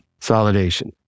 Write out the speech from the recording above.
Consolidation